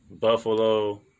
Buffalo